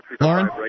Lauren